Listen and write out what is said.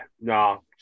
no